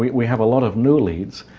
we we have a lot of new leads,